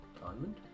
Diamond